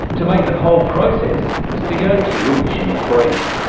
to make the whole process c o two emission free.